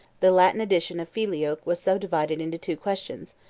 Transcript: the latin addition of filioque was subdivided into two questions,